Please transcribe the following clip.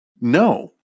No